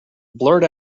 blurt